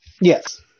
Yes